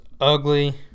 ugly